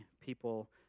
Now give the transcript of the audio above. people